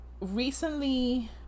recently